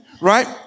right